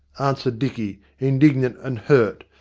answered dicky, indignant and hurt,